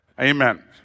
Amen